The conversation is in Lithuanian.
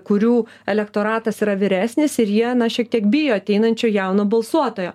kurių elektoratas yra vyresnis ir jie na šiek tiek bijo ateinančio jauno balsuotojo